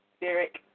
Derek